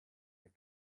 weg